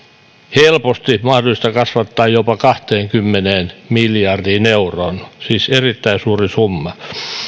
helposti mahdollista kasvattaa jopa kahteenkymmeneen miljardiin euroon siis erittäin suuri summa